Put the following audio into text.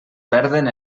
perden